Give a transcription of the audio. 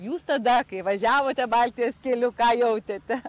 jūs tada kai važiavote baltijos keliu ką jautėte